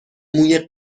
موی